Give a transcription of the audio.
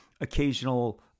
occasional